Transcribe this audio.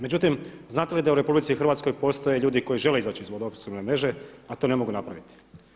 Međutim, znate li da u RH postoje ljudi koji žele izaći iz vodoopskrbne mreže, a to ne mogu napraviti?